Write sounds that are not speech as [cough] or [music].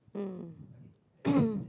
mm [coughs]